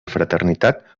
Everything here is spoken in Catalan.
fraternitat